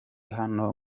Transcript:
hano